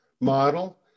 model